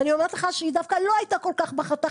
ואני אומרת לך שהיא דווקא לא הייתה כל כך בחתך,